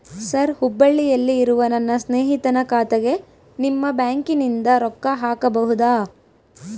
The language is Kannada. ಸರ್ ಹುಬ್ಬಳ್ಳಿಯಲ್ಲಿ ಇರುವ ನನ್ನ ಸ್ನೇಹಿತನ ಖಾತೆಗೆ ನಿಮ್ಮ ಬ್ಯಾಂಕಿನಿಂದ ರೊಕ್ಕ ಹಾಕಬಹುದಾ?